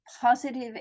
positive